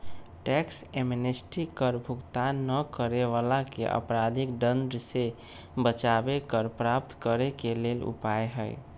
tax amnesty कर भुगतान न करे वलाके अपराधिक दंड से बचाबे कर प्राप्त करेके लेल उपाय हइ